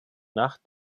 nach